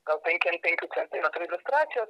gal penki ant penkių centimetrų iliustracijos